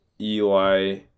eli